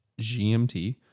GMT